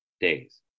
days